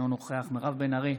אינו נוכח מירב בן ארי,